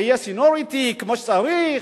שהיה סניוריטי כמו שצריך.